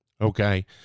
Okay